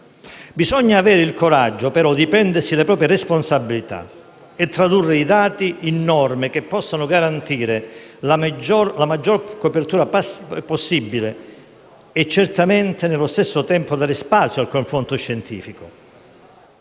Bisogna avere il coraggio di prendersi le proprie responsabilità e tradurre i dati in norme che possano garantire la maggior copertura possibile e, certamente, allo stesso tempo, dare spazio al confronto scientifico.